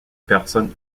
personnes